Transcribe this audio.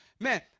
man